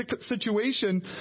situation